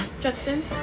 Justin